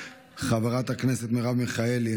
חברת הכנסת מרב מיכאלי,